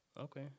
Okay